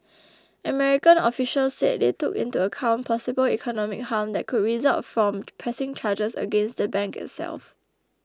American officials said they took into account possible economic harm that could result from pressing charges against the bank itself